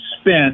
spent